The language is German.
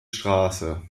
straße